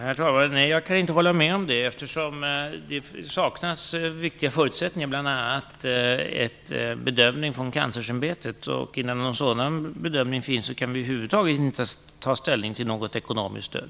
Herr talman! Nej, jag kan inte hålla med om det eftersom det saknas viktiga förutsättningar. Bl.a. saknas en bedömning från Kanslersämbetet. Innan någon sådan bedömning finns kan vi över huvud taget inte ta ställning till något ekonomiskt stöd.